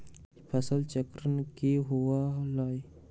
फसल चक्रण की हुआ लाई?